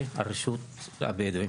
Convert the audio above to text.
והרשות לבדואים.